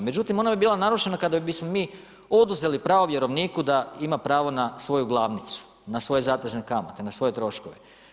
Međutim ona bi bila narušena kada bismo mi oduzeli pravo vjerovniku da ima pravo na svoju glavnicu, na svoje zatezne kamate, na svoje troškove.